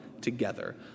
together